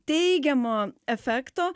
teigiamo efekto